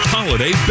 Holiday